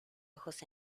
ojos